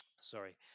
sorry